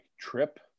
trip